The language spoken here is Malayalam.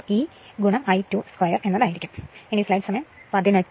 ഈ Re2 യഥാർത്ഥത്തിൽ തുല്യമായ പ്രതിരോധമാണ്